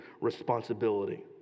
responsibility